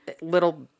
little